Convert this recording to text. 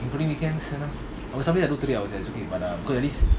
including weekends it's okay but uh cause at least